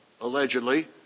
allegedly